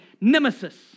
nemesis